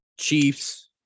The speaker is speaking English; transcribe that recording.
Chiefs